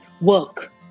Work